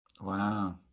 wow